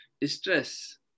distress